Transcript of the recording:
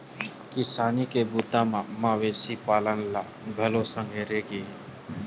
किसानी के बूता म मवेशी पालन ल घलोक संघेरे गे हे